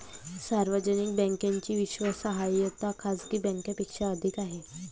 सार्वजनिक बँकेची विश्वासार्हता खाजगी बँकांपेक्षा अधिक आहे